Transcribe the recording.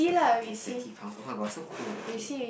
and sweaty palms oh-my-god so cool okay